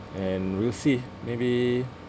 and we'll see maybe